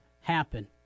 happen